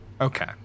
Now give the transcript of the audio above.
Okay